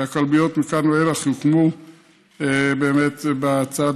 והכלביות מכאן ואילך יוקמו באמת על הצד